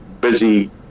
busy